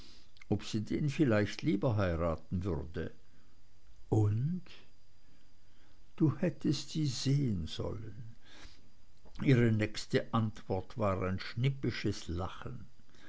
ob sie den vielleicht lieber heiraten würde und da hättest du sie sehen sollen ihre nächste antwort war ein schnippisches lachen